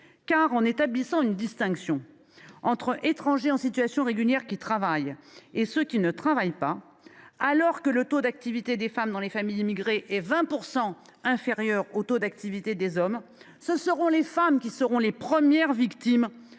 Or, en établissant une distinction entre les étrangers en situation régulière qui travaillent et ceux qui ne travaillent pas, et sachant que le taux d’activité des femmes dans les familles immigrées est de 20 % inférieur à celui des hommes, ce sont les femmes qui seront les premières victimes